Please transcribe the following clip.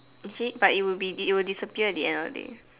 okay but it would be it'll disappear at the end of the day